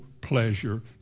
pleasure